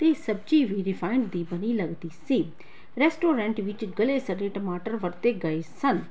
ਅਤੇ ਸਬਜ਼ੀ ਵੀ ਰਿਫਾਇੰਡ ਦੀ ਬਣੀ ਲੱਗਦੀ ਸੀ ਰੈਸਟੋਰੈਂਟ ਵਿੱਚ ਗਲੇ ਸੜੇ ਟਮਾਟਰ ਵਰਤੇ ਗਏ ਸਨ